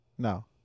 No